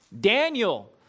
Daniel